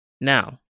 Now